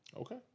Okay